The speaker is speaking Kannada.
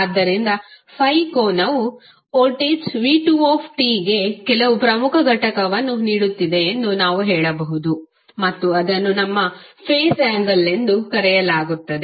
ಆದ್ದರಿಂದ ∅ ಕೋನವು ವೋಲ್ಟೇಜ್ v2t ಗೆ ಕೆಲವು ಪ್ರಮುಖ ಘಟಕವನ್ನು ನೀಡುತ್ತಿದೆ ಎಂದು ನಾವು ಹೇಳಬಹುದು ಮತ್ತು ಅದನ್ನು ನಮ್ಮ ಫೇಸ್ ಆಂಗಲ್ ಎಂದು ಕರೆಯಲಾಗುತ್ತದೆ